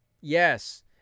yes